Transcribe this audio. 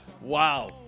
Wow